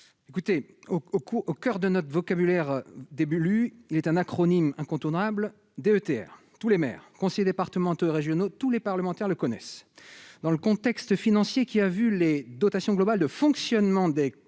coeur de notre vocabulaire d'élus un sigle est incontournable : DETR. Tous les maires, conseillers départementaux et régionaux, et parlementaires le connaissent. Dans le contexte financier qui a vu les dotations globales de fonctionnement des communes